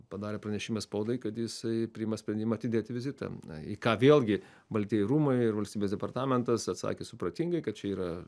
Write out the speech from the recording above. padarė pranešimą spaudai kad jisai priima sprendimą atidėti vizitą į ką vėlgi baltieji rūmai ir valstybės departamentas atsakė supratingai kad čia yra